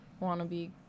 wannabe